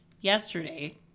yesterday